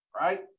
right